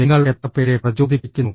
നിങ്ങൾ എത്ര പേരെ പ്രചോദിപ്പിക്കുന്നു